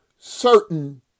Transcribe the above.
certain